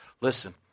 Listen